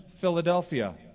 Philadelphia